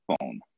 phone